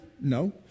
No